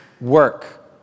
work